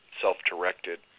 self-directed